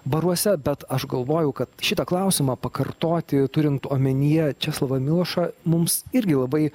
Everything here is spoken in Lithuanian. baruose bet aš galvoju kad šitą klausimą pakartoti turint omenyje česlovą milošą mums irgi labai